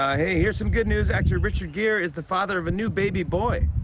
ah hey, here's some good news actor richard gere is the father of a new baby boy.